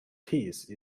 peace